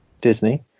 Disney